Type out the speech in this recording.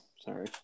Sorry